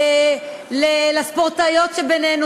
לספורטאיות שבינינו,